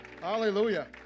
Hallelujah